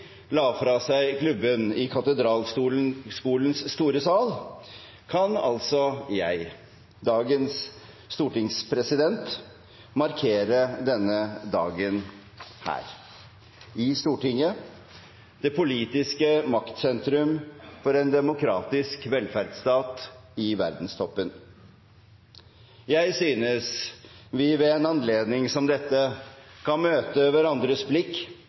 la fra seg klubben i Katedralskolens store sal, kan altså jeg, dagens stortingspresident, markere denne dagen her i Stortinget, det politiske maktsentrum for en demokratisk velferdsstat i verdenstoppen. Jeg synes vi ved en anledning som denne kan møte hverandres